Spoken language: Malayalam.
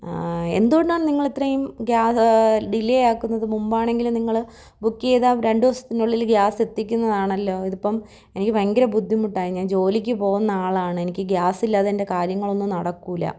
എന്തുകൊണ്ടാണ് നിങ്ങൾ ഇത്രയും ഡിലെ ആക്കുന്നത് മുമ്പാണെങ്കിൽ നിങ്ങൾ ബുക്ക് ചെയ്താൽ രണ്ടു ദിവസത്തിനുള്ളിൽ ഗ്യാസ് എത്തിക്കുന്നതാണല്ലോ ഇതിപ്പം എനിക്ക് ഭയങ്കര ബുദ്ധിമുട്ടായി ഞാൻ ജോലിക്ക് പോകുന്ന ആളാണ് എനിക്ക് ഗ്യാസ് ഇല്ലാതെ എൻ്റെ കാര്യങ്ങളൊന്നും നടക്കില്ല